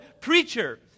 preacher